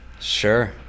Sure